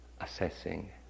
assessing